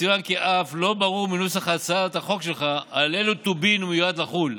יצוין כי אף לא ברור מנוסח הצעת החוק שלך על אילו טובין הוא מיועד לחול.